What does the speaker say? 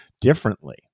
differently